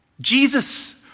Jesus